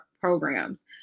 programs